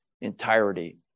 entirety